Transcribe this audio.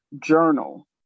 journal